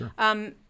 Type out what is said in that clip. Sure